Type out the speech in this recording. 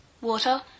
water